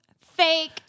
Fake